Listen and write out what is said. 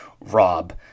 rob